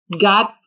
God